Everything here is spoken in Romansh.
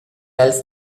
els